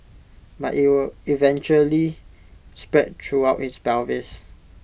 but IT eventually spread throughout his pelvis